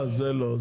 אז זה לא.